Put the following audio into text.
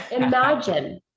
imagine